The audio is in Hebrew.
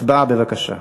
הצבעה, בבקשה.